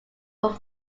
would